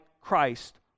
Christ